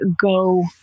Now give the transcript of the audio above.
go